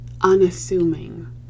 unassuming